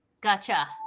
Gotcha